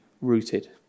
rooted